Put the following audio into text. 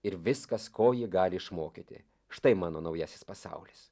ir viskas ko ji gali išmokyti štai mano naujasis pasaulis